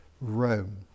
Rome